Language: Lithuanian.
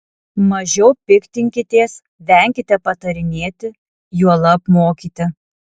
mažiau piktinkitės venkite patarinėti juolab mokyti